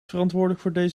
verantwoordelijk